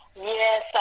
Yes